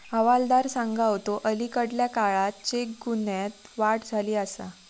हवालदार सांगा होतो, अलीकडल्या काळात चेक गुन्ह्यांत वाढ झाली आसा